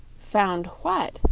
found what?